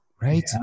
right